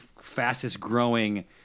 fastest-growing